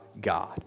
God